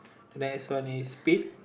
the next one is speed